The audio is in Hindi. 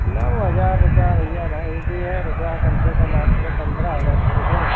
नौ हजार रुपया भैया नाइ होइ पइहे रुपया कम से कम आप करे पन्द्रह हजार पड़ि है